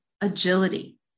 agility